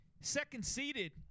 second-seeded